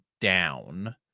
down